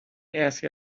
asked